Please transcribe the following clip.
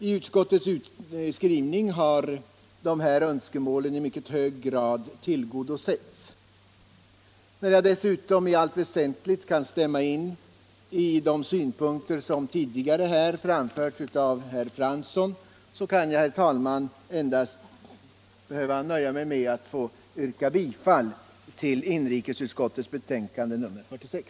I utskottets skrivning har de här önskemålen i hög grad tillgodosetts. Då jag dessutom i allt väsentligt kan instämma i de synpunkter som tidigare framförts här av herr Fransson kan jag, herr talman, nöja mig med att endast yrka bifall till inrikesutskottets hemställan i betänkande nr 46.